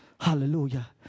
Hallelujah